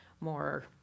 more